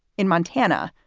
in montana,